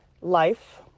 life